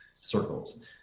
circles